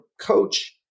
coach